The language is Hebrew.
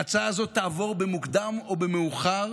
ההצעה הזאת תעבור במוקדם או במאוחר,